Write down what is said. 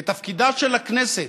ותפקידה של הכנסת,